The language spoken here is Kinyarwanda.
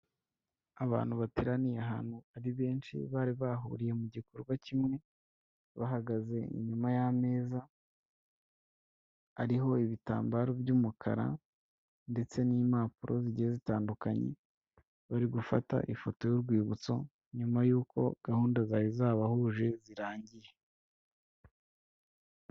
Abantu bateraniye ahantu ari benshi bari bahuriye mu gikorwa kimwe, bahagaze inyuma y'ameza ariho ibitambaro by'umukara ndetse n'impapuro zigiye zitandukanye. Barigufata ifoto y'urwibutso nyuma y'uko gahunda zari zabahuje zirangiye.